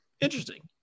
interesting